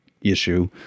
issue